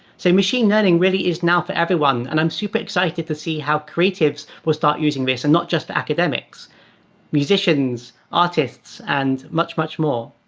so machine learning really is now for everyone. and i'm super excited to see how creatives will start using this, and not just academics musicians, artists, and much, much more.